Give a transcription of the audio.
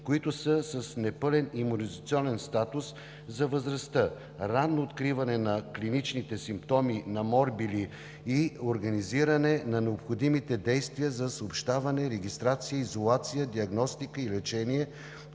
които са с непълен имунизационен статус за възрастта; ранно откриване на клиничните симптоми на морбили и организиране на необходимите действия за съобщаване, регистрация, изолация, диагностика и лечение;